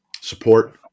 support